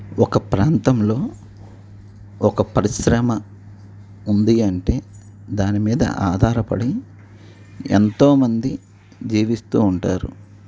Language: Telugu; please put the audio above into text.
ఒక ప్రాంతంలో ఒక పరిశ్రమ ఉంది అంటే దాని మీద ఆధారపడి ఎంతోమంది జీవిస్తూ ఉంటారు